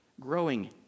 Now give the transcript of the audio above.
growing